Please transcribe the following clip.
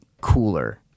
cooler